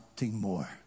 more